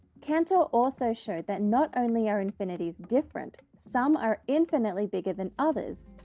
cantor also showed that not only are infinities different, some are infinitely bigger than others.